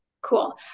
cool